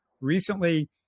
recently